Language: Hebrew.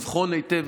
לבחון היטב,